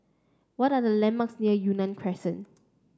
what are the landmarks near Yunnan Crescent